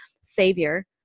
savior